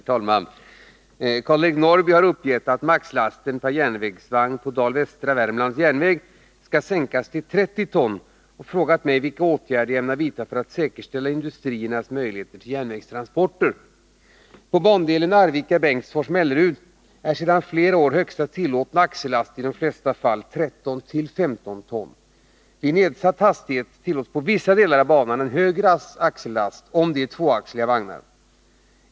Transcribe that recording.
Herr talman! Karl-Eric Norrby har uppgett att maxlasten per järnvägsvagn på Dal-Västra Värmlands järnväg skall sänkas till 30 ton och frågat mig vilka åtgärder jag ämnar vidta för att säkerställa industriernas möjligheter till järnvägstransporter. På bandelen Arvika-Bengtsfors-Mellerud är sedan flera år högsta tillåtna axellast i de flesta fall 13-15 ton. Vid nedsatt hastighet tillåts på vissa delar av banan en högre axellast för tvåaxliga vagnar.